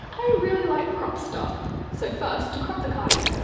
i really like cropped stuff. so first, to crop the cardigan,